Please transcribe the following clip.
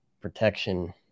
protection